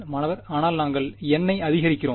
மாணவர் ஆனால் நாங்கள் N ஐ அதிகரிக்கிறோம்